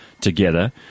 together